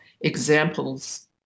examples